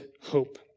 hope